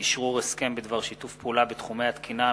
אשרור הסכם בדבר שיתוף פעולה בתחומי התקינה,